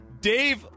Dave